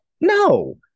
no